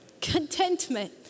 Contentment